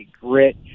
grit